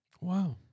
Wow